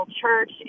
church